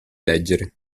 leggere